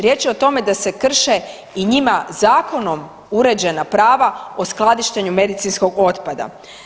Riječ je o tome da se krše i njima zakonom uređena prava o skladištenju medicinskog otpada.